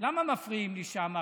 למה מפריעים לי שם?